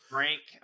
Frank